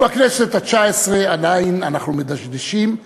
ובכנסת התשע-עשרה, עדיין אנחנו מדשדשים.